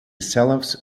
zelfs